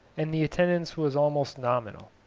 and the attendance was almost nominal.